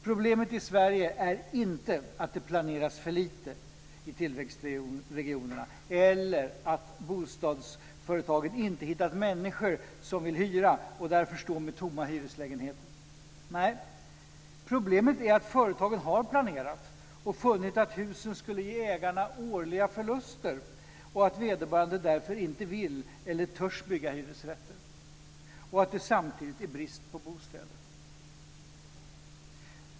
Problemet i Sverige är inte att det planeras för lite i tillväxtregionerna eller att bostadsföretagen inte hittat människor som vill hyra och därför står med tomma hyreslägenheter. Nej, problemet är att företagen har planerat och funnit att husen skulle ge ägarna årliga förluster och att vederbörande därför inte vill eller törs bygga hyresrätter och att det samtidigt är brist på bostäder.